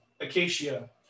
Acacia